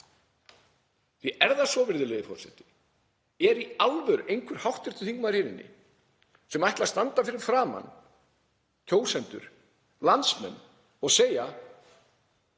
Er það svo, virðulegi forseti, er í alvöru einhver hv. þingmaður hér inni sem ætlar að standa fyrir framan kjósendur, landsmenn, og segja: